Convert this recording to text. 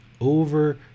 over